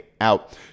out